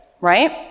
Right